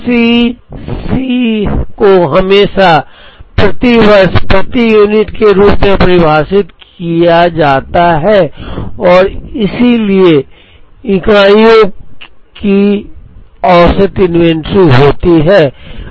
C c को हमेशा प्रति वर्ष प्रति यूनिट के रूप में परिभाषित किया जाता है और इसलिए इकाइयों में औसत इन्वेंट्री होती है